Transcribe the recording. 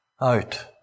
out